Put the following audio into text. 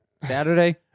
Saturday